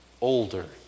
older